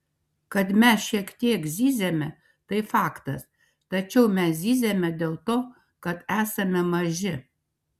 kad mes šiek tiek zyziame tai faktas tačiau mes zyziame dėl to kad esame maži